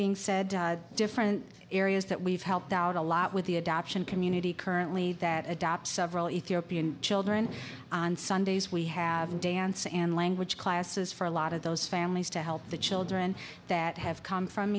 being said different areas that we've helped out a lot with the adoption community currently that adopt several ethiopian children on sundays we have dance and language classes for a lot of those families to help the children that have come from